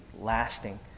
lasting